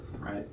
right